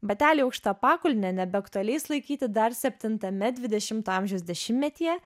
bateliai aukšta pakulne nebe aktualiais laikyti dar septintame dvidešimo amžiaus dešimtmetyje